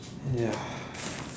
ya